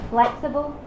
Flexible